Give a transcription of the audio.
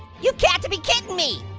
you cat to be kitting me,